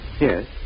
Yes